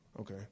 okay